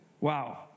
Wow